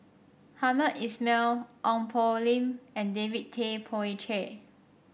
Hamed Ismail Ong Poh Lim and David Tay Poey Cher